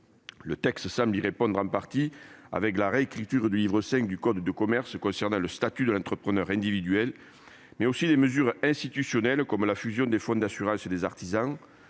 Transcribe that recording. Le texte semble y pourvoir en partie, avec la réécriture des dispositions du livre V du code de commerce relatives au statut de l'entrepreneur individuel, mais aussi des mesures institutionnelles comme la fusion des fonds d'assurance des artisans,